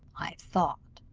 i thought,